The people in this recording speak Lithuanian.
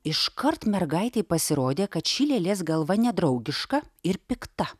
iškart mergaitei pasirodė kad ši lėlės galva nedraugiška ir pikta